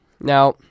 Now